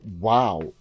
wow